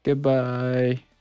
Goodbye